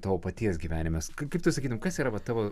tavo paties gyvenimas kaip tu sakytum kas yra va tavo